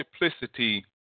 multiplicity